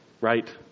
right